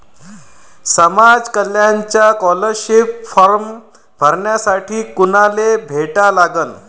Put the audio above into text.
समाज कल्याणचा scholarship form भरासाठी कुनाले भेटा लागन?